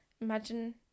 imagine